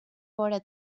vora